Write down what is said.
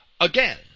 Again